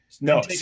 No